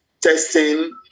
testing